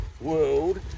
world